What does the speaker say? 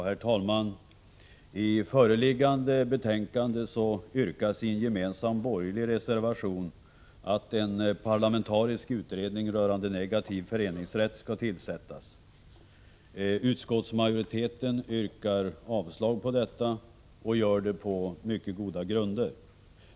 Herr talman! I föreliggande betänkande yrkas i en gemensam borgerlig reservation att en parlamentarisk utredning rörande negativ föreningsrätt skall tillsättas. Utskottsmajoriteten avstyrker detta och gör det på mycket goda grunder.